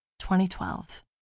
2012